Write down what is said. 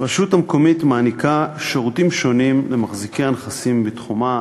המקומית מעניקה שירותים שונים למחזיקי הנכסים בתחומה,